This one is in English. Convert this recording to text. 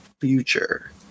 future